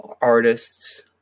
artists